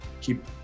keep